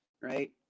right